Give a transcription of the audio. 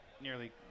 nearly